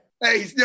Hey